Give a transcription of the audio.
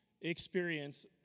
experience